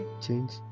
change